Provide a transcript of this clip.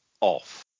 off